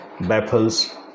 baffles